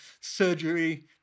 surgery